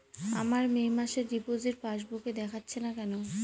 আমার মে মাসের ডিপোজিট পাসবুকে দেখাচ্ছে না কেন?